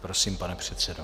Prosím, pane předsedo.